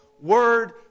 word